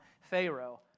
Pharaoh